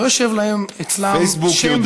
לא יושב להם אצלם השם בצלאל סמוטריץ,